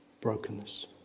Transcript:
brokenness